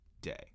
day